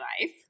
life